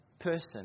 person